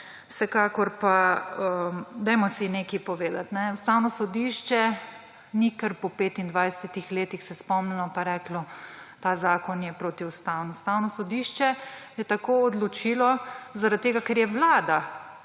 Vsekakor pa dajmo si nekaj povedati. Ustavno sodišče se ni kar po 25 letih spomnilo pa reklo: «Ta zakon je protiustaven.« Ustavno sodišče je tako odločilo zaradi tega, ker je Vlada